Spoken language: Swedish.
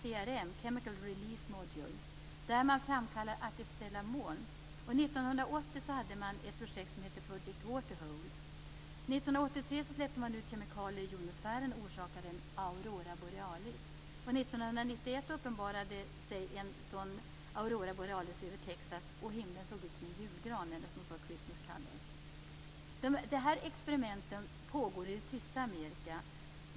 I den kedja som Modules, där man framkallar artificiella moln. År 1980 hade man ett projekt som hette Project Waterhole. År 1983 släppte man ut kemikalier i jonosfären och orsakade en aurora borealis. År 1991 uppenbarade sig åter en aurora borealis över Texas, och himlen såg ut som en julgran, eller som man sade: Dessa experiment pågår i det tysta i Amerika.